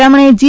તેમણે જી